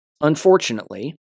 Unfortunately